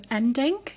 ending